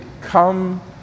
Come